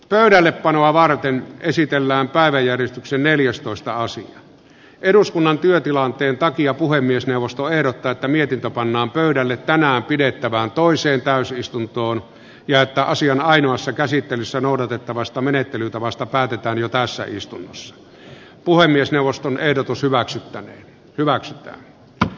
pöydälle panoa varten esitellään päiväjärjestyksen neljästoista avasi eduskunnan työtilanteen takia puhemiesneuvosto ehdottaa että mietintö pannaan pöydälle tänään pidettävään toiseen täysistuntoon ja että asian ainoassa käsittelyssä noudatettavasta menettelytavasta päätetään jo tässä istunnossa